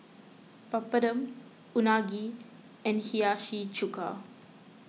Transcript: Papadum Unagi and Hiyashi Chuka